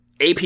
AP